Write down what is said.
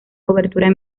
cobertura